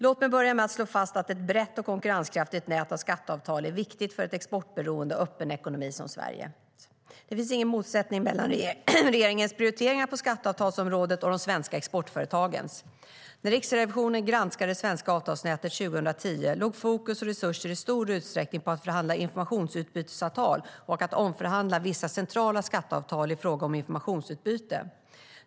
Låt mig börja med att slå fast att ett brett och konkurrenskraftigt nät av skatteavtal är viktigt för en exportberoende och öppen ekonomi som Sveriges. Det finns ingen motsättning mellan regeringens prioriteringar på skatteavtalsområdet och de svenska exportföretagens. När Riksrevisionen granskade det svenska avtalsnätet 2010 låg fokus och resurser i stor utsträckning på att förhandla informationsutbytesavtal och att omförhandla vissa centrala skatteavtal i fråga om informationsutbyte.